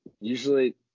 Usually